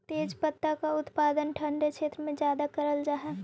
तेजपत्ता का उत्पादन ठंडे क्षेत्र में ज्यादा करल जा हई